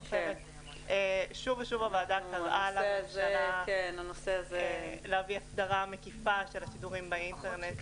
ושוב ושוב הוועדה קראה לממשלה להביא להסדרה מקיפה של השידורים באינטרנט,